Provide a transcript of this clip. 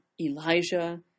Elijah